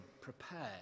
prepared